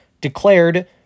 declared